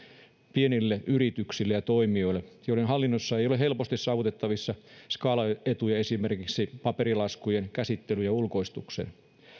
pienille yrityksille ja toimijoille joiden hallinnossa ei ole helposti saavutettavissa skaalaetuja esimerkiksi paperilaskujen käsittelyn ulkoistuksilla